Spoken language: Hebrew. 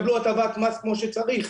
תשלמו, תקבלו הטבת מס כמו שצריך,